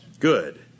Good